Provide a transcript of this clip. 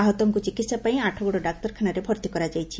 ଆହତଙ୍କୁ ଚିକିହା ପାଇଁ ଆଠଗଡ ଡାକ୍ତରଖାନାରେ ଭର୍ତି କରାଯାଇଛି